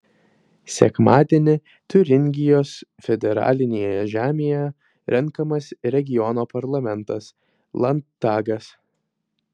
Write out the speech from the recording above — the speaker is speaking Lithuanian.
sekmadienį tiuringijos federalinėje žemėje renkamas regiono parlamentas landtagas